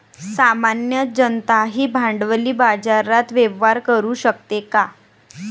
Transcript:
सामान्य जनताही भांडवली बाजारात व्यवहार करू शकते का?